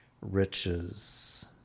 riches